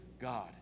God